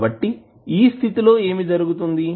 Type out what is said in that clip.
కాబట్టి ఈ స్థితి లో ఏమి జరుగుతుంది